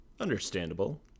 Understandable